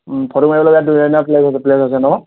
photo মাৰিবলৈ বিৰাট ধুনীয়া ধুনীয়া প্লেছ আছে ন